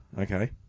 Okay